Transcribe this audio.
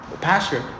pastor